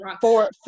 Four